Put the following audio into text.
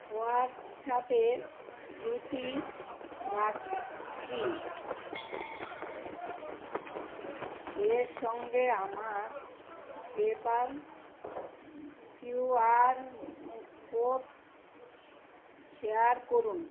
হোয়াটসঅ্যাপে দ্যুতি বাগদি এর সঙ্গে আমার পেপ্যাল কিউআর কোড শেয়ার করুন